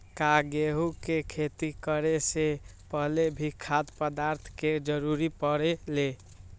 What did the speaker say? का गेहूं के खेती करे से पहले भी खाद्य पदार्थ के जरूरी परे ले?